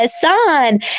son